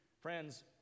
friends